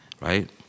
right